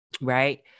right